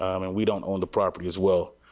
um and we don't own the property as well.